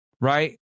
Right